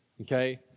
okay